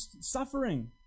suffering